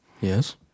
yes